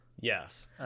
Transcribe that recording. Yes